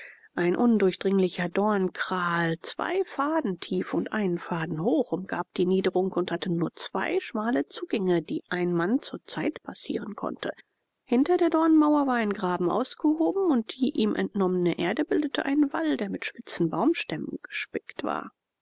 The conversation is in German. ein undurchdringlicher dornkraal zwei faden tief und einen faden hoch umgab die niederlassung und hatte nur zwei schmale zugänge die ein mann zur zeit passieren konnte hinter der dornenmauer war ein graben ausgehoben und die ihm entnommene erde bildete einen wall der mit spitzen baumstämmen gespickt war